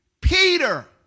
Peter